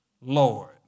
lord